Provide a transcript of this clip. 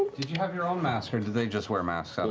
did you have your own mask or do they just wear masks, so